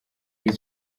iyi